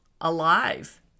alive